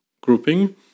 grouping